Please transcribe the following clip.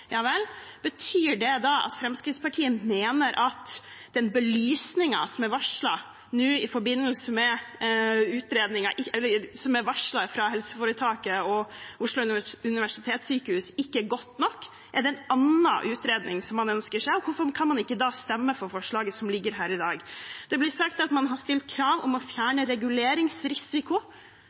Ja vel. Betyr det da at Fremskrittspartiet mener at den belysningen som er varslet fra helseforetaket og Oslo universitetssykehus, ikke er god nok? Er det en annen utredning man ønsker seg? Hvorfor kan man ikke da stemme for forslaget som ligger her i dag? Det blir sagt at man har stilt krav om å fjerne reguleringsrisiko.